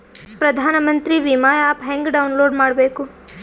ಪ್ರಧಾನಮಂತ್ರಿ ವಿಮಾ ಆ್ಯಪ್ ಹೆಂಗ ಡೌನ್ಲೋಡ್ ಮಾಡಬೇಕು?